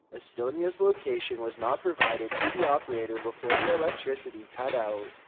estonia's location was not provided to the operator before the electricity cut out.